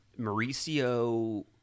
Mauricio